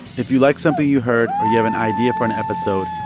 if you like something you heard or you have an idea for an episode,